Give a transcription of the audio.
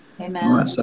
Amen